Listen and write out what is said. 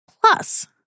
Plus